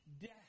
death